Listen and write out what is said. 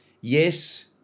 Yes